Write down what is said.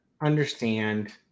understand